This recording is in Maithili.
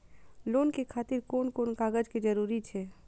लोन के खातिर कोन कोन कागज के जरूरी छै?